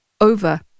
over